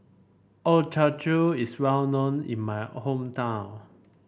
Ochazuke is well known in my hometown